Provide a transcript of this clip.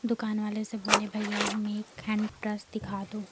दुकान वाले से बोले भैया हमें एक हैंड प्रश दिखा दो